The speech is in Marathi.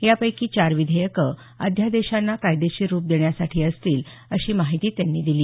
यापैकी चार विधेयकं अध्यादेशांना कायदेशीर रुप देण्यासाठी असतील अशी माहिती त्यांनी दिली